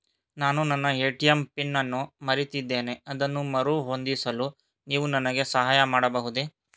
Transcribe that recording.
ನಾನು ನನ್ನ ATM pin ಅನ್ನು ಮರೆತಿದ್ದೇನೆ ಅದನ್ನು ಮರುಹೊಂದಿಸಲು ನೀವು ನನಗೆ ಸಹಾಯ ಮಾಡಬಹುದೇ?